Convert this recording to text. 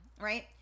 right